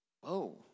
Whoa